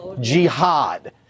jihad